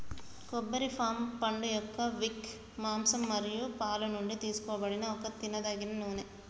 కొబ్బరి పామ్ పండుయొక్క విక్, మాంసం మరియు పాలు నుండి తీసుకోబడిన ఒక తినదగిన నూనె